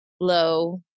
Low